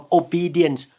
obedience